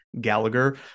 Gallagher